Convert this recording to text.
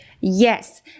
Yes